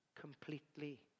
completely